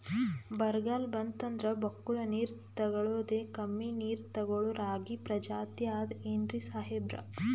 ಬರ್ಗಾಲ್ ಬಂತಂದ್ರ ಬಕ್ಕುಳ ನೀರ್ ತೆಗಳೋದೆ, ಕಮ್ಮಿ ನೀರ್ ತೆಗಳೋ ರಾಗಿ ಪ್ರಜಾತಿ ಆದ್ ಏನ್ರಿ ಸಾಹೇಬ್ರ?